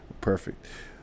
Perfect